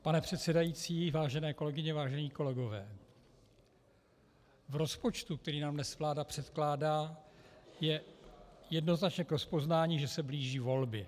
Pane předsedající, vážené kolegyně, vážení kolegové, v rozpočtu, který nám dnes vláda předkládá, je jednoznačně k rozpoznání, že se blíží volby.